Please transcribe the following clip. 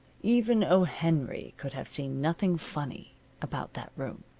even o. henry could have seen nothing funny about that room.